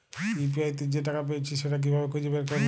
UPI তে যে টাকা পেয়েছি সেটা কিভাবে খুঁজে বের করবো?